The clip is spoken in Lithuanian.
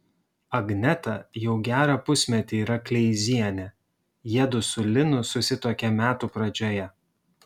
agneta jau gerą pusmetį yra kleizienė jiedu su linu susituokė metų pradžioje